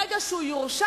ברגע שהוא יורשע,